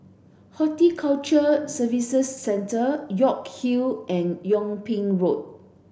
Horticulture Services Centre York Hill and Yung Ping Road